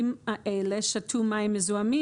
שהתושבים האלה גם באמת שתו מים מזוהמים,